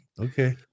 okay